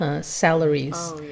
salaries